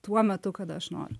tuo metu kada aš noriu